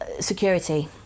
Security